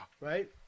right